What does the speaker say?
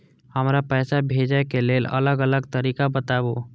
हमरा पैसा भेजै के लेल अलग अलग तरीका बताबु?